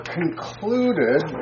concluded